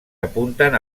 apunten